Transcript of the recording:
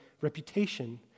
reputation